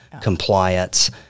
compliance